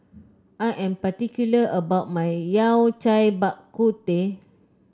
I am particular about my Yao Cai Bak Kut Teh